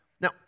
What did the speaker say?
Now